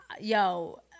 yo